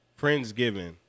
Friendsgiving